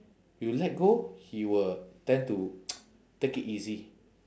you let go he will tend to take it easy